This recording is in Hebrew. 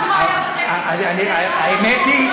האמת היא,